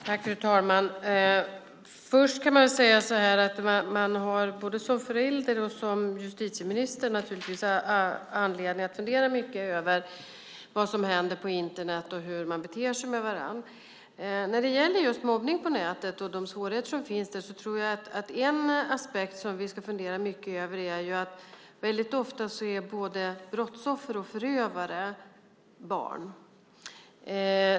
Fru talman! Först kan jag säga att man både som förälder och som justitieminister naturligtvis har anledning att fundera mycket över vad som händer på Internet och hur man beter sig mot varandra. När det gäller just mobbning på nätet och de svårigheter som finns där tror jag att en aspekt som vi ska fundera mycket över är att både brottsoffer och förövare väldigt ofta är barn.